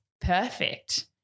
perfect